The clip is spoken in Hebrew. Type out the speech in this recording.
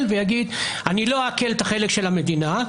ויגיד שהוא לא יעקל את החלק של המדינה,